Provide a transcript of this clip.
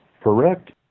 Correct